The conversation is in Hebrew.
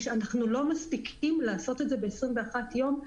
אנחנו לא מספיקים לעשות את זה ב-21 יום.